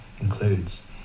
includes